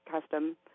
custom